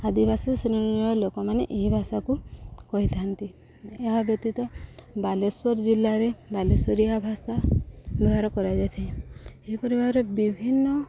ଆଦିବାସୀ ଶ୍ରେଣୀୟ ଲୋକମାନେ ଏହି ଭାଷାକୁ କହିଥାନ୍ତି ଏହା ବ୍ୟତୀତ ବାଲେଶ୍ୱର ଜିଲ୍ଲାରେ ବାଲେଶ୍ୱରୀଆ ଭାଷା ବ୍ୟବହାର କରାଯାଇଥାଏ ଏହିପରି ଭାବରେ ବିଭିନ୍ନ